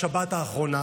בשבת האחרונה